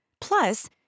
Plus